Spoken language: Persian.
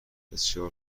بسیار